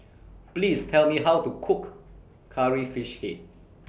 Please Tell Me How to Cook Curry Fish Head